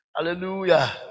Hallelujah